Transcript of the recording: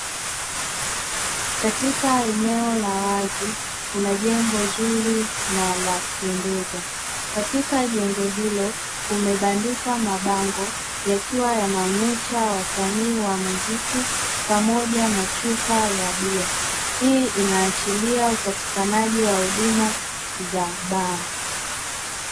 Katika eneo la wazi kuna jengo zuri na la kupendeza. Katika jengo hilo kumebandikwa mabango yakiwa yanaonyesha wasanii wa muziki pamoja na chupa ya bia. Hii inaashiria upatikanaji wa huduma za baa.